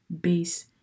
base